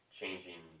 changing